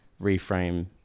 reframe